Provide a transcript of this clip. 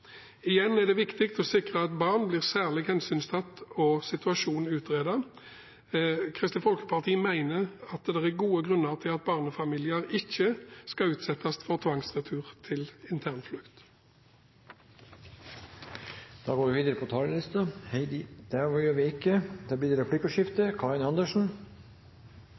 Igjen er det viktig å sikre at barn blir særlig hensyntatt og situasjonen utredet. Kristelig Folkeparti mener at det er gode grunner til at barnefamilier ikke skal utsettes for tvangsretur til internflukt. Det blir replikkordskifte. På dette området er det ingen forbedring med en ny regjering. På dette området er det